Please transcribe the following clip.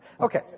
Okay